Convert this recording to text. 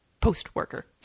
post-worker